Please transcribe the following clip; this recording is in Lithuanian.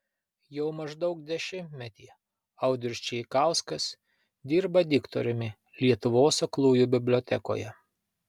jau maždaug dešimtmetį audrius čeikauskas dirba diktoriumi lietuvos aklųjų bibliotekoje